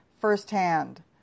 firsthand